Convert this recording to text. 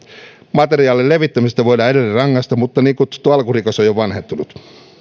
materiaalin levittämisestä voidaan edelleen rangaista mutta niin kutsuttu alkurikos on jo vanhentunut